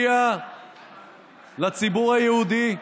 לציבור היהודי,